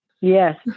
Yes